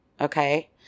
okay